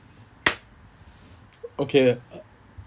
okay uh